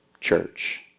church